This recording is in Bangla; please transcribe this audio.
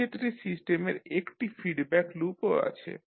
এক্ষেত্রে সিস্টেমের একটি ফিডব্যাক লুপও আছে